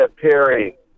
Perry